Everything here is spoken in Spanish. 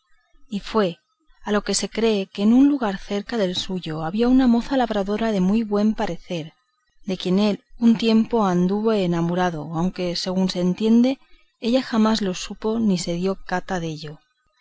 y fue a lo que se cree que en un lugar cerca del suyo había una moza labradora de muy buen parecer de quien él un tiempo anduvo enamorado aunque según se entiende ella jamás lo supo ni le dio cata dello